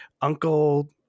Uncle